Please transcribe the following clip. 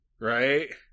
Right